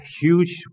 huge